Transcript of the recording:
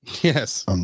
Yes